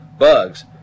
Bugs